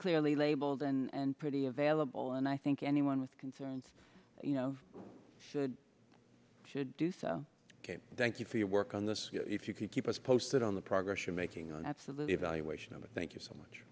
clearly labelled and pretty available and i think anyone with concerns you know should should do so ok thank you for your work on this if you can keep us posted on the progress you're making on absolutely evaluation of it thank you so much